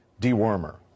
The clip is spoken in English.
dewormer